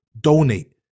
donate